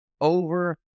over